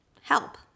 help